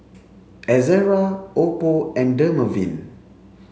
Ezerra Oppo and Dermaveen